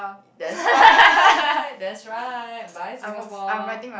that's right that's right bye Singapore